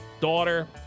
daughter